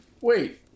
Wait